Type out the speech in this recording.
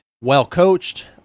well-coached